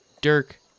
Dirk